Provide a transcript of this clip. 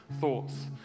thoughts